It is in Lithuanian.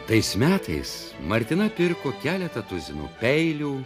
tais metais martina pirko keletą tuzinų peilių